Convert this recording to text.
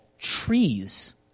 trees